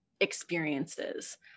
experiences